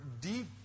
deep